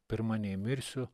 pirma nei mirsiu